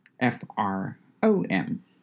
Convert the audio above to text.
F-R-O-M